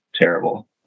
terrible